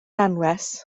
anwes